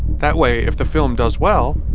that way, if the film does well,